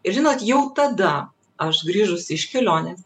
ir žinot jau tada aš grįžus iš kelionės